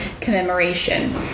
commemoration